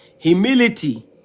humility